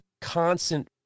constant